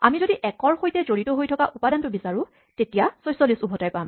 আমি যদি ১ৰ সৈতে জড়িত হৈ থকা উপাদানটো বিচাৰো তেতিয়া ৪৬ উভতাই পাম